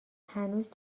هنوز